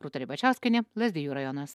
rūta ribačiauskienė lazdijų rajonas